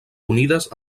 unides